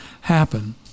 happen